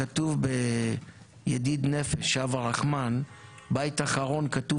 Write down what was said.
כתוב בידיד נפש אב הרחמן בית אחרון כתוב